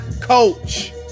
coach